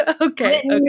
okay